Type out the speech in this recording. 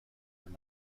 were